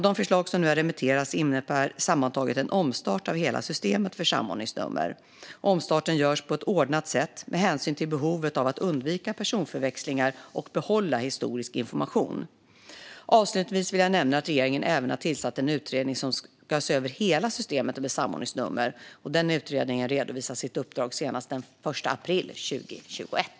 De förslag som nu har remitterats innebär sammantaget en omstart av hela systemet för samordningsnummer. Omstarten görs på ett ordnat sätt, med hänsyn till behovet av att undvika personförväxlingar och att behålla historisk information. Avslutningsvis vill jag nämna att regeringen även har tillsatt en utredning som ska se över hela systemet med samordningsnummer. Den utredningen redovisar sitt uppdrag senast den 1 april 2021.